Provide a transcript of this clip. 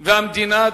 והמדינה,